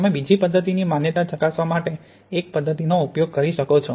તમે બીજી પદ્ધતિની માન્યતા ચકાસવા માટે એક પદ્ધતિનો ઉપયોગ કરી શકો છો